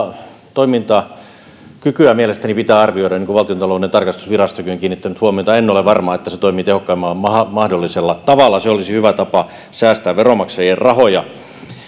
toimintakykyä mielestäni pitää arvioida niin kuin valtiontalouden tarkastusvirastokin on kiinnittänyt huomiota en ole varma että se toimii tehokkaimmalla mahdollisella tavalla tämä olisi hyvä tapa säästää veronmaksajien rahoja